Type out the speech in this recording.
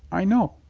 i know.